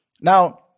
Now